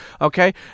okay